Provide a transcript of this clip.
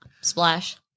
Splash